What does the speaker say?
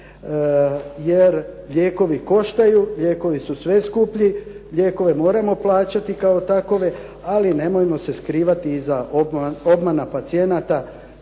jer lijekovi koštaju, lijekovi su sve skuplji, lijekove moramo plaćati kao takove ali nemojmo se skrivati iza obmana pacijenata